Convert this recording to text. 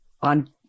on